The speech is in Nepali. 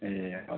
ए हजुर